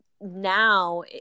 now